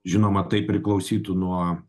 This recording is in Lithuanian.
žinoma tai priklausytų nuo